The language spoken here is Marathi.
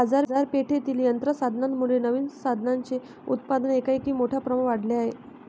बाजारपेठेतील यंत्र साधनांमुळे नवीन साधनांचे उत्पादन एकाएकी मोठ्या प्रमाणावर वाढले आहे